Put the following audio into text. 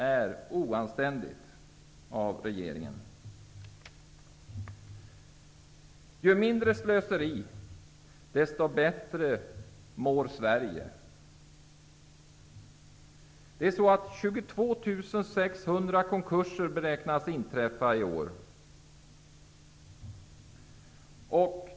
Ju mindre det slösas, desto bättre mår Sverige. I år beräknas 22 600 konkurser inträffa.